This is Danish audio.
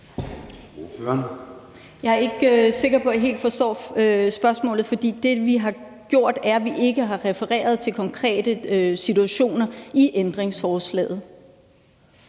Jeg er ikke sikker på, at jeg helt forstår spørgsmålet, for det, vi har gjort, er, at vi i ændringsforslaget ikke har refereret til konkrete situationer. Kl.